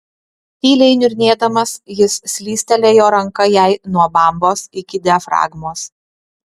tyliai niurnėdamas jis slystelėjo ranka jai nuo bambos iki diafragmos